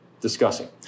discussing